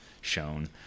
shown